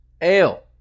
Ale